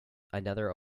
another